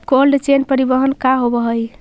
Cold chain परिवहन का होव हइ?